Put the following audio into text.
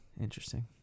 Interesting